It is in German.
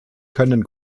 können